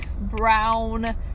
brown